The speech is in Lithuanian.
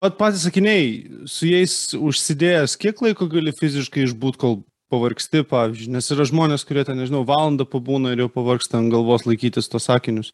vat patys akiniai su jais užsidėjęs kiek laiko gali fiziškai išbūti kol pavargsti pavyzdžiui nes yra žmonės kurie ten nežinau valandą pabūna ir jau pavargsta ant galvos laikytis tuos akinius